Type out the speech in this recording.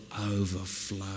overflow